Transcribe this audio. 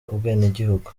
ubwenegihugu